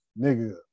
Nigga